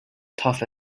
tough